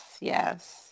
Yes